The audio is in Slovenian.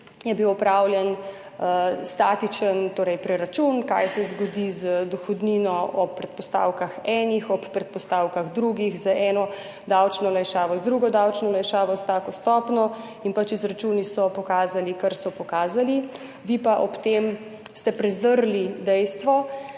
je bil opravljen statičen preračun, kaj se zgodi z dohodnino ob enih predpostavkah, ob drugih predpostavkah, z eno davčno olajšavo, z drugo davčno olajšavo, s tako stopnjo in pač izračuni so pokazali, kar so pokazali. Vi pa ste ob tem prezrli dejstvo,